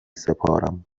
سپارم